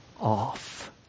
off